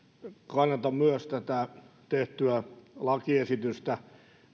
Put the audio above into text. kannatan myös tätä tehtyä lakiesitystä